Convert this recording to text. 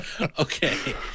Okay